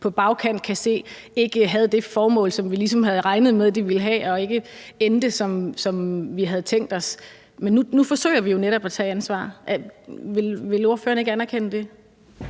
på bagkant kan se ikke havde det formål, som vi ligesom havde regnet med de ville have, og som ikke endte, som vi havde tænkt os. Men nu forsøger vi jo netop at tage et ansvar. Vil ordføreren ikke anerkende det?